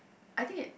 I think it